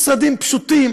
משרדים פשוטים,